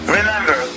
remember